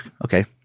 okay